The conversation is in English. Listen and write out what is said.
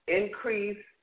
increase